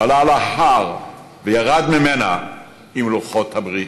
הוא עלה להר וירד ממנו עם לוחות הברית,